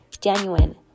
genuine